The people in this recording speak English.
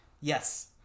yes